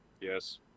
Yes